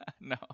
No